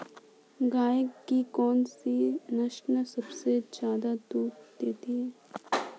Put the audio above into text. गाय की कौनसी नस्ल सबसे ज्यादा दूध देती है?